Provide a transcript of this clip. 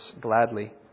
gladly